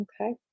Okay